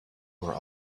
were